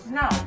no